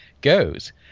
goes